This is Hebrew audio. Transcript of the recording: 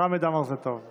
חמד עמאר זה טוב.